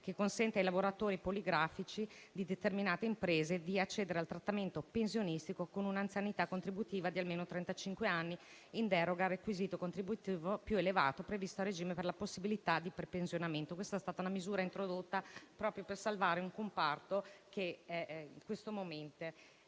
che consente ai lavoratori poligrafici di determinate imprese di accedere al trattamento pensionistico con un'anzianità contributiva di almeno trentacinque anni in deroga al requisito contributivo più elevato previsto a regime per la possibilità di prepensionamento. Questa è stata una misura introdotta proprio per salvare un comparto che in questo momento